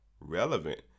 relevant